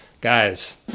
Guys